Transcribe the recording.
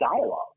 dialogue